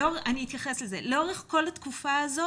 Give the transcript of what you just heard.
לאורך כל התקופה הזו